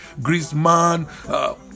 Griezmann